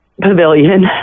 pavilion